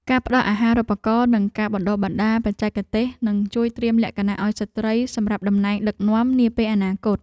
ការផ្តល់អាហារូបករណ៍និងការបណ្តុះបណ្តាលបច្ចេកទេសនឹងជួយត្រៀមលក្ខណៈឱ្យស្ត្រីសម្រាប់តំណែងដឹកនាំនាពេលអនាគត។